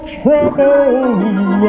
troubles